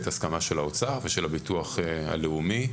הסכמה של האוצר ושל הביטוח הלאומי,